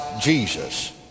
Jesus